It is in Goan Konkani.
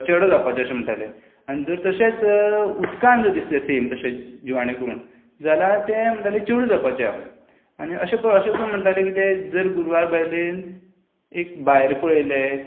चेडो जावपाचें अशें म्हणटाले आनी जर तशेंच उदकान दिसलें सेम तशेंच जिवाणें बी म्हण जाल्यार तें म्हणटालें चेडू जावपाचें आहा आनी अशें पळय अशें म्हणटाले की जर गुरवार बायलेन एक भायर पळयलें